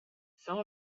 some